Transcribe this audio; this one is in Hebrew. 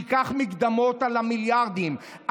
תיקח מקדמות על המיליארדים,